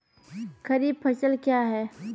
खरीफ फसल क्या हैं?